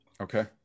Okay